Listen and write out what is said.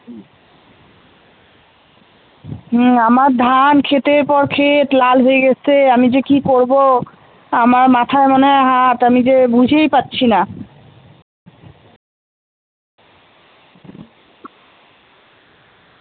হুম আমার ধান খেতের পর খেত লাল হয়ে গেছে আমি যে কি করবো আমার মাথায় মনে হয় হাত আমি যে বুঝেই পাচ্ছি না